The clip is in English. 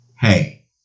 hey